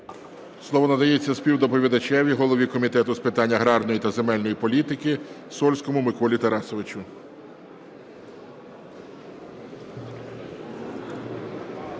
Слово надається співдоповідачеві – голові Комітету з питань аграрної та земельної політики Сольському Миколі Тарасовичу.